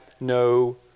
no